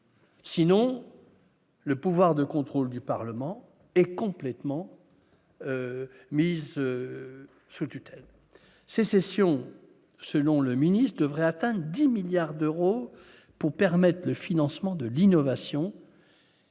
Sinon. Le pouvoir de contrôle du Parlement est complètement mise sous tutelle sécession, selon le ministre devrait atteindre 10 milliards d'euros pour permettre le financement de l'innovation.